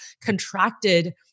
contracted